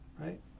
right